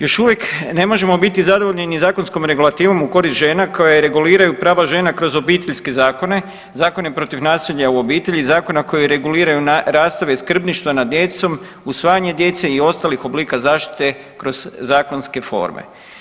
Još uvijek ne možemo biti zadovoljni niti zakonskom regulativom u korist žena koje reguliraju pravo žena kroz obiteljske zakone, zakone protiv nasilja u obitelji, zakona koji reguliraju rastave, skrbništva nad djecom, usvajanja djece i ostalih oblika zaštite kroz zakonske forme.